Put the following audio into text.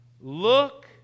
Look